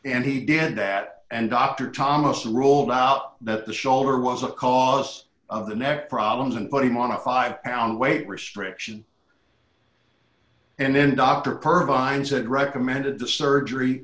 and he did that and dr thomas ruled out that the shoulder was a cause of the neck problems and put him on a five pound weight restriction and then dr perv on said recommended surgery